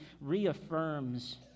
reaffirms